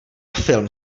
film